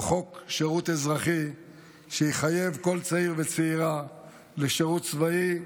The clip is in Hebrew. הוא חוק שירות אזרחי שיחייב כל צעיר וצעירה לשירות צבאי,